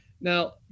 Now